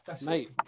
Mate